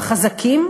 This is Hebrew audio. בחזקים?